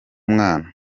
mwana